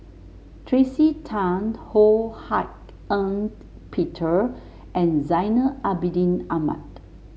Tracey Tan Ho Hak Ean Peter and Zainal Abidin Ahmad